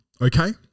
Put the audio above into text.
Okay